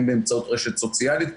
אם באמצעות רשת סוציאלית,